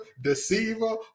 deceiver